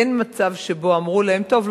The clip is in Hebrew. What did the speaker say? אין מצב שאמרו להם: טוב,